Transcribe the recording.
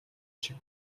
шиг